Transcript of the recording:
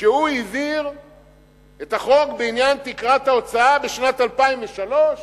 כשהוא העביר את החוק בעניין תקרת ההוצאה בשנת 2003?